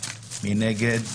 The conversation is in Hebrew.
מי נגד.